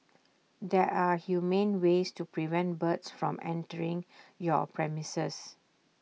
there are humane ways to prevent birds from entering your premises